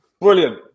brilliant